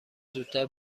زودتر